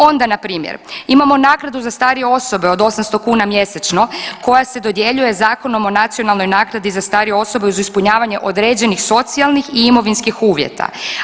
Onda na primjer imamo naknadu za starije osobe od 800 kuna mjesečno koja se dodjeljuje Zakonom o nacionalnoj naknadi za starije osobe uz ispunjavanje određenih socijalnih i imovinskih uvjeta.